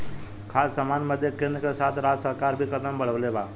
खाद्य सामान बदे केन्द्र के साथ राज्य सरकार भी कदम बढ़ौले बा